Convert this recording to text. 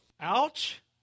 Ouch